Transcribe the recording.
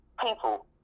people